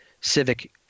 civic